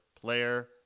player